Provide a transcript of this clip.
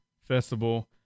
festival